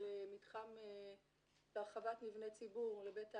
של מתחם להרחבת מבנה ציבור לבית העם,